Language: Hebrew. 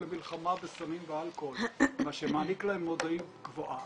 למלחמה בסמים ואלכוהול" מה שמעניק להם מודעות גבוהה.